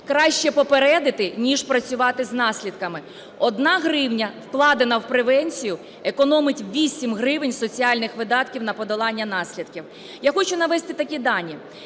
Краще попередити, ніж працювати з наслідками. Одна гривня, вкладена в превенцію, економить 8 гривень соціальних видатків на подолання наслідків. Я хочу навести такі дані.